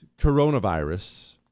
coronavirus